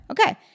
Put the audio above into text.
okay